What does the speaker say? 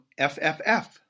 FFF